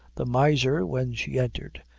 the miser, when she entered,